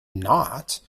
not